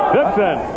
Dixon